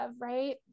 right